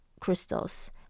crystals